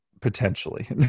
potentially